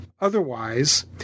Otherwise